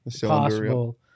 possible